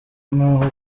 naho